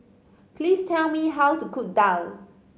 please tell me how to cook daal